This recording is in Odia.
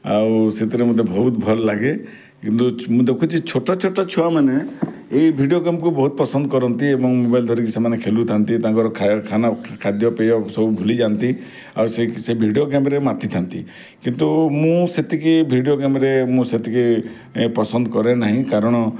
ଆଉ ସେଥିରେ ମୋତେ ବହୁତ ଭଲ ଲାଗେ କିନ୍ତୁ ମୁଁ ଦେଖୁଛି ଛୋଟ ଛୋଟ ଛୁଆମାନେ ଏହି ଭିଡ଼ିଓ ଗେମ୍କୁ ବହୁତ ପସନ୍ଦ କରନ୍ତି ଏବଂ ମୋବାଇଲ୍ ଧରିକି ସେମାନେ ଖେଳୁଥାନ୍ତି ତାଙ୍କର ଖାଦ୍ୟପେୟ ସବୁ ଭୁଲିଯାଆନ୍ତି ଆଉ ସେ ସେ ଭିଡ଼ିଓ ଗେମ୍ରେ ମାତିଥାନ୍ତି କିନ୍ତୁ ମୁଁ ସେତିକି ଭିଡ଼ିଓ ଗେମ୍ରେ ମୁଁ ସେତିକି ପସନ୍ଦ କରେ ନାହିଁ କାରଣ